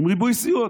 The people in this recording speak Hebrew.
עם ריבוי סיעות,